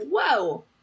whoa